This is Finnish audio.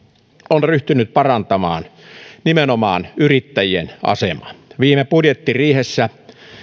on ryhtynyt parantamaan nimenomaan yrittäjien asemaa viime budjettiriihessä